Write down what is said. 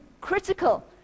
critical